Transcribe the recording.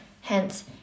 Hence